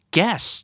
Guess